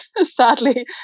sadly